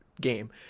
game